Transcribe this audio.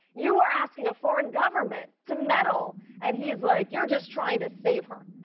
you are asking a foreign government to meddle. and he's like, you're just trying to save her.